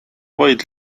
vaid